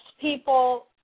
people